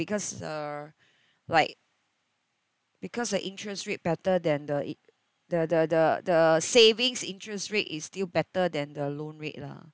because err like because the interest rate better than the in~ the the the the savings interest rate is still better than the loan rate lah